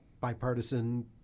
bipartisan